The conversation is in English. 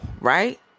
right